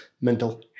mental